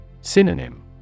Synonym